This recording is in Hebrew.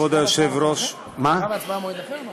תשובה והצבעה במועד אחר?